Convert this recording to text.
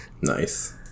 nice